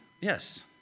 Yes